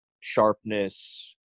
sharpness